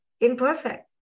imperfect